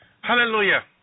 Hallelujah